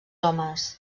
homes